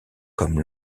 comme